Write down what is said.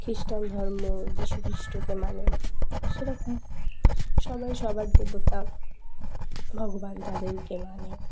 খ্রিস্টান ধর্ম যীশুখ্রিস্টকে মানে সেরকম সবাই সবার দেবতা ভগবান তাদেরকে মানে